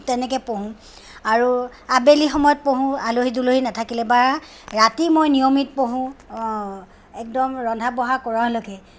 তেনেকৈ পঢ়ো আৰু আবেলি সময়ত পঢ়ো আলহী দুলহী নাথাকিলে বা ৰাতি মই নিয়মিত পঢ়ো একদম ৰন্ধা বঢ়া কৰালৈকে